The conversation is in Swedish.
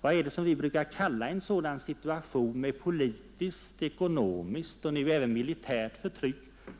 Vad är det vi brukar kalla en sådan situation med politiskt, ekonomiskt och nu även militärt förtryck